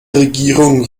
regierung